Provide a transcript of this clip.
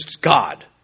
God